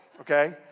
Okay